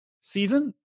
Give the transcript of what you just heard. season